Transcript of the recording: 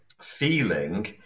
feeling